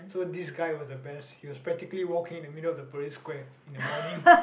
so this guy was the best he was practically walking in the middle of the parade square in the morning